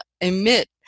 emit